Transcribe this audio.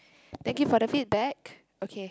thank you for the feedback okay